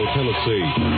Tennessee